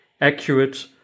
accurate